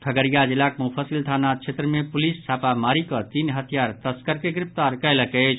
खगड़िया जिलाक मुफस्सिल थाना क्षेत्र मे पुलिस छापामारी कऽ तीन हथियार तस्कर के गिरफ्तार कयलक अछि